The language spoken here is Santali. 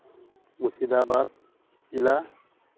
ᱢᱩᱨᱥᱤᱫᱟᱵᱟᱫ ᱡᱮᱞᱟ